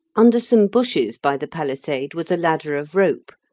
under some bushes by the palisade was a ladder of rope,